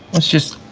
let's just